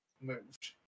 moved